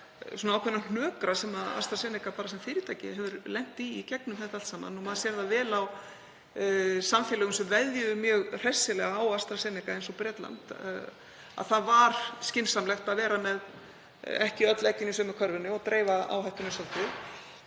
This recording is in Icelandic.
líka ákveðnum hnökrum sem AstraZeneca sem fyrirtæki hefur lent í í gegnum þetta allt saman. Maður sér það vel á samfélögum sem veðjuðu mjög hressilega á AstraZeneca, eins og Bretland, að það var skynsamlegt að vera ekki með öll eggin í sömu körfunni og dreifa áhættunni svolítið.